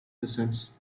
distance